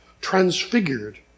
transfigured